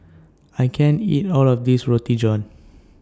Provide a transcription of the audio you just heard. I can't eat All of This Roti John